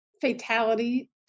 fatality